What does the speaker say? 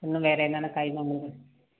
இன்னும் வேறு என்னென்ன காய் எல்லாம் உங்களுக்கு வேணும்